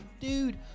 dude